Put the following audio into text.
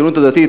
הציונות הדתית,